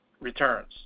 returns